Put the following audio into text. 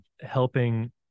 helping